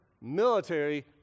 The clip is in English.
military